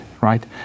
right